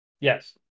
Yes